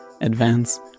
advance